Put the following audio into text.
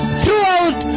throughout